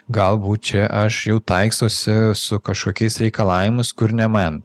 galbūt čia aš jau taikstausi su kažkokiais reikalavimus kur ne man